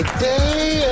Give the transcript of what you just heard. day